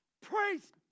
Praise